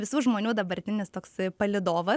visų žmonių dabartinis toks palydovas